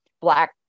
black